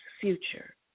future